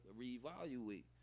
reevaluate